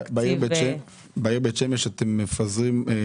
בעיר בית שמש אתם עושים